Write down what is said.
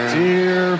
dear